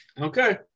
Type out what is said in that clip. Okay